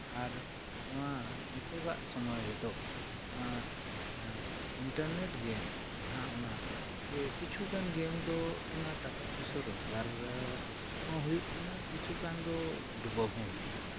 ᱟᱨ ᱱᱚᱣᱟ ᱱᱤᱛᱳᱜᱟᱜ ᱥᱚᱢᱚᱭ ᱨᱮᱫᱚ ᱚᱱᱟ ᱤᱱᱴᱟᱨᱱᱮᱴ ᱜᱮᱢ ᱡᱟᱦᱟᱸ ᱚᱱᱟ ᱡᱮ ᱠᱤᱪᱷᱩᱜᱟᱱ ᱜᱮᱢ ᱫᱚ ᱚᱱᱟ ᱴᱟᱠᱟ ᱯᱩᱭᱥᱟᱹ ᱨᱚᱡᱽᱜᱟᱨ ᱨᱮᱦᱚᱸ ᱦᱩᱭᱩᱜ ᱠᱟᱱᱟ ᱠᱤᱪᱷᱩᱜᱟᱱ ᱫᱚ ᱰᱩᱵᱟᱹᱣ ᱦᱚᱸ ᱦᱩᱭᱩᱜ ᱠᱟᱱᱟ